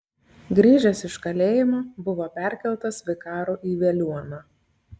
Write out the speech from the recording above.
grįžęs iš kalėjimo buvo perkeltas vikaru į veliuoną